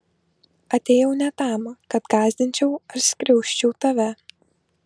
atėjau ne tam kad gąsdinčiau ar skriausčiau tave